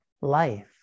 life